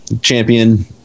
champion